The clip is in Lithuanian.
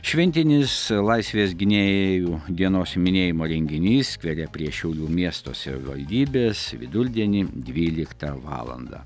šventinis laisvės gynėjų dienos minėjimo renginys skvere prie šiaulių miesto savivaldybės vidurdienį dvyliktą valandą